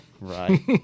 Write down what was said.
right